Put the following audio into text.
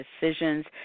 decisions